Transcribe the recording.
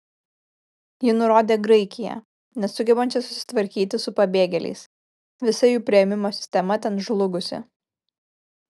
ji nurodė graikiją nesugebančią susitvarkyti su pabėgėliais visa jų priėmimo sistema ten žlugusi